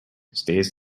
stays